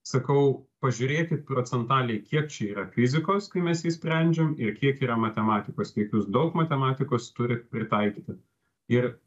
sakau pažiūrėkit procentaliai kiek čia yra fizikos kai mes jį sprendžiam ir kiek yra matematikos kiek jūs daug matematikos turit pritaikyti ir